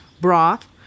broth